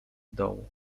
dołu